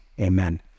amen